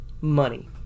Money